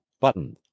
button